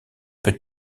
peux